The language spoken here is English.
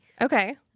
Okay